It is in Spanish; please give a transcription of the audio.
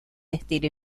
estilo